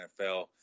NFL